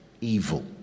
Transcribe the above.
evil